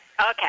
Okay